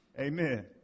Amen